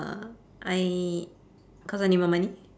uh I cause I need more money